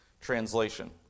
translation